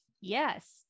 Yes